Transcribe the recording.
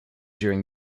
during